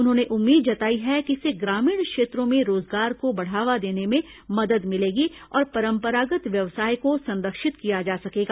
उन्होंने उम्मीद जताई है कि इससे ग्रामीण क्षेत्रों में रोजगार को बढ़ावा देने में मदद मिलेगी और परंपरागत् व्यवसाय को संरक्षित किया जा सकेगा